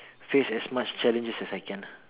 face as much challenges as I can lah